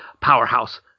powerhouse